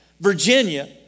Virginia